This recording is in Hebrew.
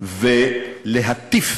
ולהטיף